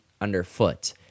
underfoot